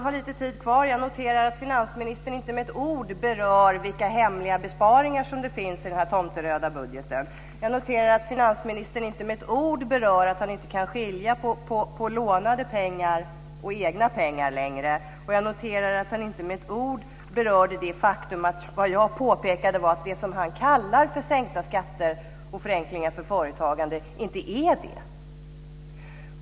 Fru talman! Jag noterar att finansministern inte med ett ord berör vilka hemliga besparingar som finns i denna tomteröda budget. Jag noterar att finansministern inte med ett ord berör att han inte kan skilja på lånade pengar och egna pengar längre, och jag noterar att han inte med ett ord berörde det faktum att det jag påpekade var att det som han kallar för sänkta skatter och förenklingar för företagande inte är det.